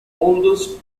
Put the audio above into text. oldest